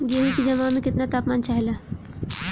गेहू की जमाव में केतना तापमान चाहेला?